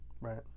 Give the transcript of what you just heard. right